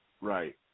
Right